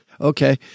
Okay